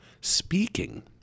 Speaking